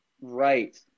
Right